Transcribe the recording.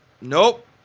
Nope